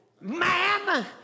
man